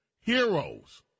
heroes